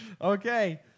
okay